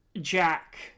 Jack